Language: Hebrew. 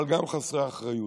אבל גם חסרי אחריות.